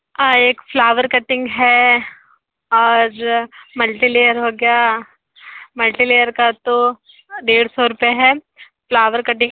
हाँ एक flower cutting है और मल्टी लेयर हो गया मल्टी लेयर का तो डेढ़ सौ रूपए है फ्लावर कटिंग